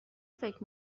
فکر